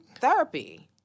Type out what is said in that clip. Therapy